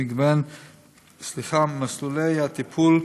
במגוון מסלולי הטיפול,